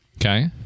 Okay